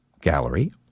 Gallery